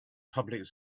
public